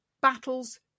battles